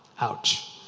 Ouch